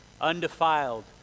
undefiled